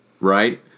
Right